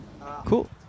Cool